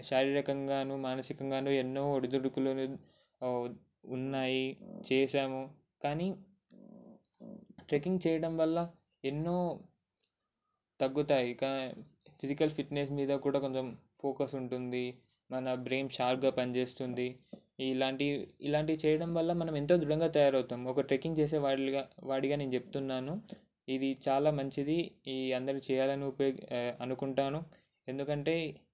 శారీరకంగానూ మానసికంగానూ ఎన్నో ఉడుదిక్కుడులను ఉన్నాయి చేశాను కానీ ట్రెక్కింగ్ చేయడం వల్ల ఎన్నో తగ్గుతాయి ఫిజికల్ ఫిట్నెస్ మీద కూడా కొంచెం ఫోకస్ ఉంటుంది మన బ్రెయిన్ షార్ప్గా పనిచేస్తుంది ఇలాంటివి ఇలాంటివి చేయడం వల్ల మనం ఎంతో దృఢంగా తయారు అవుతాము ఒక ట్రెక్కింగ్ చేసే వాడిని వాడిగా నేను చెప్తున్నాను ఇది చాలా మంచిది ఇది అందరూ చేయాలని అనుకుంటాను ఎందుకంటే